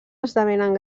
esdevenen